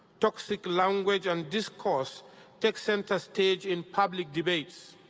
toxic language and discourse take center stage in public debates,